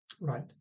Right